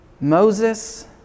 Moses